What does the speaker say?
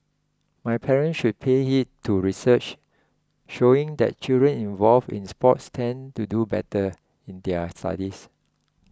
my parents should pay heed to research showing that children involved in sports tend to do better in their studies